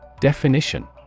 Definition